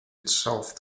itself